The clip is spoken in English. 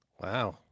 wow